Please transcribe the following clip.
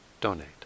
donate